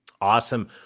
Awesome